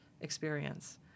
experience